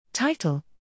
Title